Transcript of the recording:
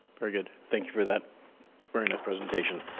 very good. thank you for that very nice presentation.